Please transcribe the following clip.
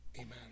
Amen